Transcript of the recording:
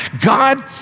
God